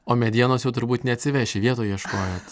o medienos jau turbūt neatsiveši vietoj ieškojot